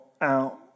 out